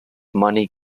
money